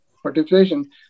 Participation